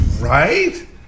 Right